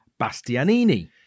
Bastianini